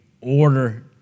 order